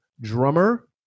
drummer